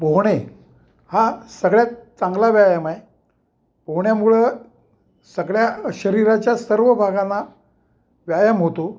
पोहणे हा सगळ्यात चांगला व्यायाम आहे पोहण्यामुळं सगळ्या शरीराच्या सर्व भागांना व्यायाम होतो